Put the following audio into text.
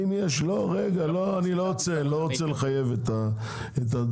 אני לא רוצה לחייב את זה.